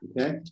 Okay